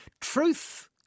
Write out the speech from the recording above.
truth